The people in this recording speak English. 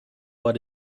what